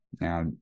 Now